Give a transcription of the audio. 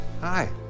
Hi